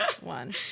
one